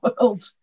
world